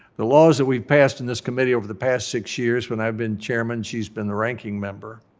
the laws that we've passed in this committee over the past six years, when i've been chairman, she's been the ranking member,